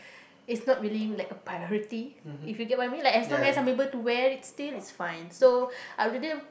is not really like a priority if you get what I mean like as long as some people to wear it still is fine so